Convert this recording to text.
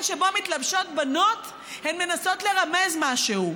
שבו מתלבשות בנות הן מנסות לרמז משהו.